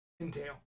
entail